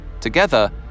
together